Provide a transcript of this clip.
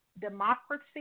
democracy